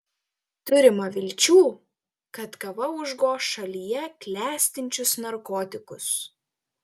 turima vilčių kad kava užgoš šalyje klestinčius narkotikus